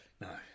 No